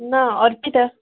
ନା ଅର୍ପିତା